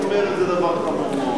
מה שאת אומרת זה דבר חמור מאוד.